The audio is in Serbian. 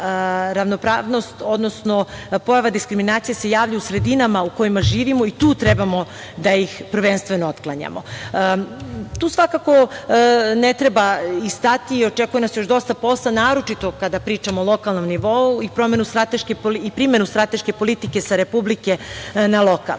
ravnopravnost, odnosno pojava diskriminacije se javlja u sredinama u kojima živimo i tu trebamo da ih prvenstveno otklanjamo. Tu svakako ne treba i stati. Očekuje nas još dosta posla, naročito kada pričamo o lokalnom nivou i primenu strateške politike sa republike na lokal. Doneli